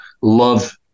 love